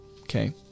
Okay